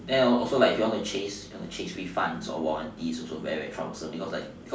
then also like you want to chase you want to chase refunds or warranties also very difficult because like